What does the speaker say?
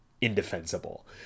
indefensible